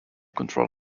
control